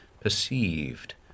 perceived